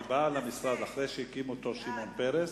היא באה למשרד אחרי שהקים אותו שמעון פרס,